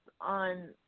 on